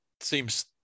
seems